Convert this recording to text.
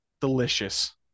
Delicious